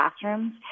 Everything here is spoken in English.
classrooms